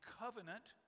covenant